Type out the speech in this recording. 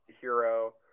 hero